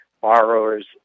borrowers